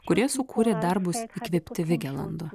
kurie sukūrė darbus įkvėpti vigelando